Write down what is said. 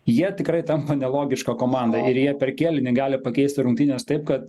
jie tikrai tampa nelogiška komanda ir jie per kėlinį gali pakeisti rungtynes taip kad